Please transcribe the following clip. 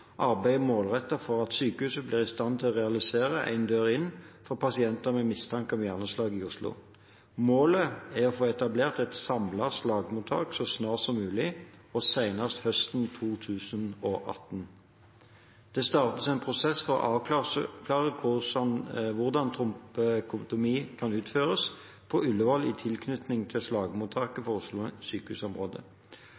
for at sykehuset blir i stand til å realisere «én dør inn» for pasienter med mistanke om hjerneslag i Oslo. Målet er å få etablert et samlet slagmottak så snart som mulig – og senest høsten 2018. Det startes en prosess for å avklare hvordan trombektomi kan utføres på Ullevål i tilknytning til slagmottaket